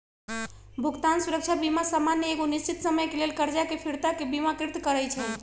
भुगतान सुरक्षा बीमा सामान्य एगो निश्चित समय के लेल करजा के फिरताके बिमाकृत करइ छइ